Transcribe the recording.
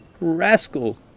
Rascal